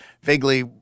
vaguely